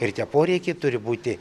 ir tie poreikiai turi būti